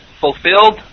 fulfilled